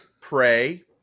Pray